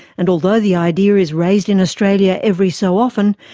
and although the idea is raised in australia every so often,